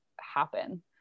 happen